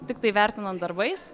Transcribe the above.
tiktai vertinant darbais